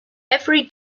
every